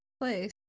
place